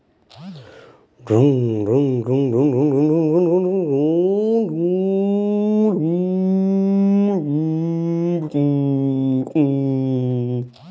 ಭತ್ತದ ಹುಲ್ಲನ್ನು ಕಟ್ಟುವ ಯಂತ್ರದ ಹೆಸರೇನು?